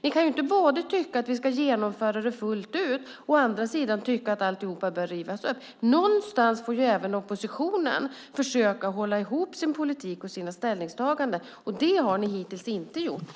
Ni kan inte både tycka att det ska genomföras fullt ut och att alltihop ska rivas upp. Någonstans får även oppositionen försöka hålla ihop sin politik och sina ställningstaganden. Det har ni hittills inte gjort.